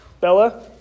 Bella